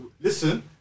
listen